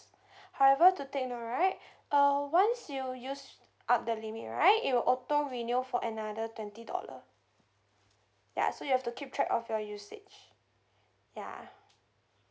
however to take note right uh once you used up the limit right it'll auto renew for another twenty dollar ya so you have to keep track of your usage ya